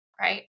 right